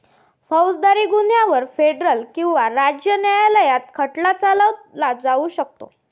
फौजदारी गुन्ह्यांवर फेडरल किंवा राज्य न्यायालयात खटला चालवला जाऊ शकतो